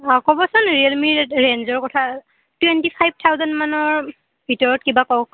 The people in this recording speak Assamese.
অঁ কবচোন ৰিয়েলমিৰ ৰেঞ্জৰ কথা টুৱেণ্টি ফাইভ থাউজেণ্ডমানৰ ভিতৰত কিবা কওঁক